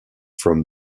from